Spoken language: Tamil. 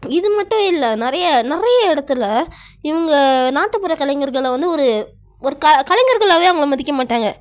இது மட்டும் இல்லை நிறைய நிறைய இடத்துல இவங்க நாட்டுப்புற கலைஞர்களை வந்து ஒரு ஒரு க கலைஞர்களாகவே அவங்கள மதிக்க மாட்டாங்க